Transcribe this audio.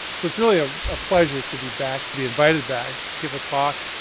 so it's really a ah pleasure to be back, to be invited back, to give a talk.